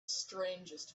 strangest